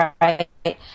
right